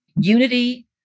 unity